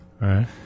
Right